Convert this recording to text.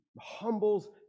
humbles